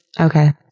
Okay